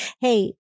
hey